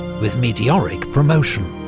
with meteoric promotion.